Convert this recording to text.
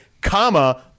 comma